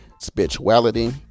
spirituality